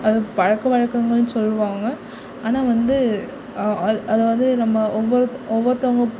அதுப் பழக்கம் வழக்கங்கள்னு சொல்வாங்க ஆனால் வந்து அது வந்து நம்ம ஒவ்வொருத் ஒவ்வொருத்தவங்க